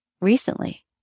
recently